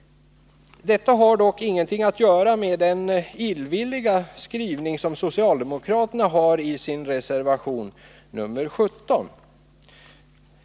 Detta har dock ingenting att göra med den illvilliga skrivning som socialdemokraterna har i sin reservation nr 17.